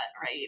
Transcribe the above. Right